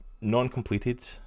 non-completed